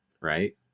right